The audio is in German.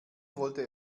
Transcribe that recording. wollte